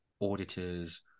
auditors